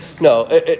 no